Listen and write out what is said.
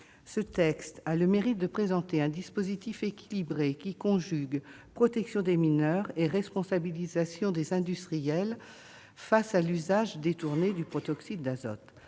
Il a le mérite de présenter un dispositif équilibré, conjuguant protection des mineurs et responsabilisation des industriels face à l'usage détourné du protoxyde d'azote.